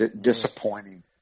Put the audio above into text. Disappointing